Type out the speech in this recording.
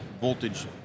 voltage